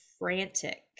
frantic